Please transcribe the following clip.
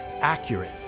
accurate